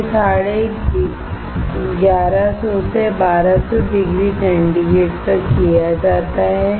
यह 1150 से 1200 degree centigrade पर किया जाता है